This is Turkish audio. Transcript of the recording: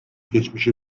geçmişe